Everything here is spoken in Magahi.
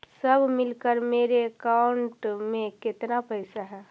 सब मिलकर मेरे अकाउंट में केतना पैसा है?